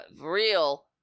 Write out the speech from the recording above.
real